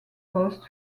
post